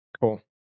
Cool